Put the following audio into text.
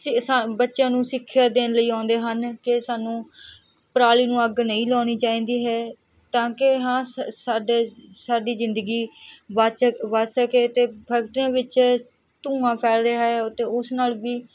ਬੱਚਿਆਂ ਨੂੰ ਸਿੱਖਿਆ ਦੇਣ ਲਈ ਆਉਂਦੇ ਹਨ ਕਿ ਸਾਨੂੰ ਪਰਾਲੀ ਨੂੰ ਅੱਗ ਨਹੀਂ ਲਾਉਣੀ ਚਾਹੀਦੀ ਹੈ ਤਾਂ ਕਿ ਹਾਂ ਸ ਸਾਡੇ ਸਾਡੀ ਜ਼ਿੰਦਗੀ ਬਚ ਬਚ ਸਕੇ ਅਤੇ ਫੈਕਟਰੀਆਂ ਵਿੱਚ ਧੂੰਆਂ ਫੈਲ ਰਿਹਾ ਅਤੇ ਉਸ ਨਾਲ ਵੀ